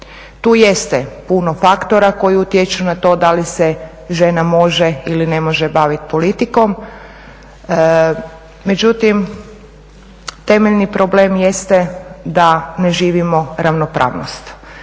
Tu jeste puno faktora koji utječu na to da li se žena može ili ne može bavit politikom, međutim temeljni problem jeste da ne živimo ravnopravnost.